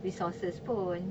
resources pun